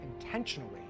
intentionally